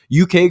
uk